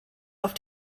auf